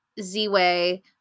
Z-Way